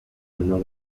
menor